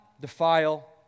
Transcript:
defile